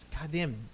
Goddamn